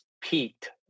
peaked